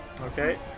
Okay